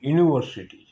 university